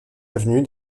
avenue